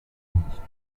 industry